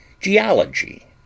geology